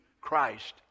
Christ